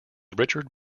richard